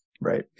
right